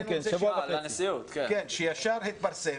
כשהתפרסם